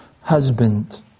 husband